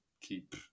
keep